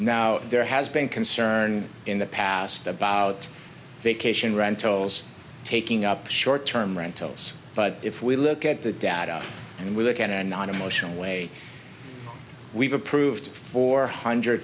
now there has been concern in the past about vacation rentals taking up short term rentals but if we look at the data and we look at a non emotional way we've approved four hundred